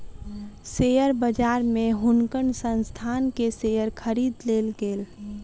share बजार में हुनकर संस्थान के शेयर खरीद लेल गेल